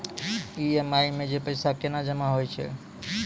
EMI मे जे पैसा केना जमा होय छै?